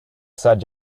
said